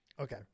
Okay